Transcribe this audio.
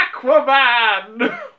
Aquaman